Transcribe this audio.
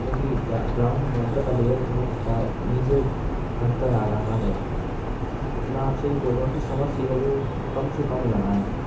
کیونکہ ground water کا level بہت نیچے گھٹتا جا رہا ہے میں آپ سے یہ بولوں گا کہ سمرسیبل کم سے کم لگائیں